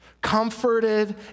comforted